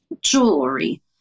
jewelry